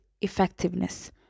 effectiveness